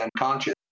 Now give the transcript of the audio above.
unconscious